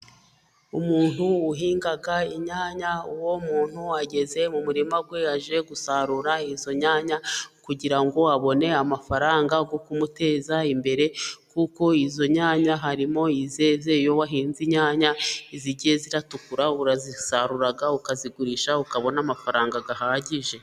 Umuntu uhinga inyanya uwo muntu ageze mu murima we, aje gusarura izo nyanya kugira ngo abone amafaranga yo kumuteza imbere, kuko izo nyanya harimo izeze, iyo wahinze inyanya izigiye zitukura urazisarura, ukazigurisha ukabona amafaranga ahagije.